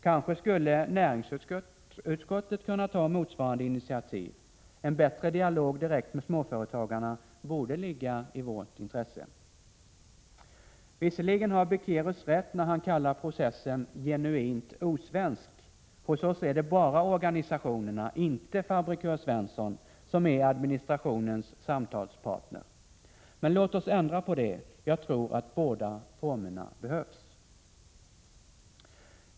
Kanske skulle näringsutskottet kunna ta motsvarande initiativ? En bättre dialog direkt med småföretagarna borde ligga i vårt intresse. Visserligen har Beckérus rätt när han kallar processen ”genuint osvensk”. Hos oss är det bara organisationerna, inte fabrikör Svensson, som är administrationens samtalspartner. Men låt oss ändra på det. Jag tror att båda formerna behövs!